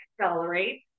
accelerate